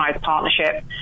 Partnership